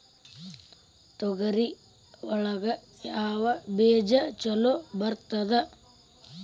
ತೊಗರಿ ಒಳಗ ಯಾವ ಬೇಜ ಛಲೋ ಬರ್ತದ?